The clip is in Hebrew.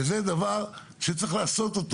וזה דבר שצריך לעשות.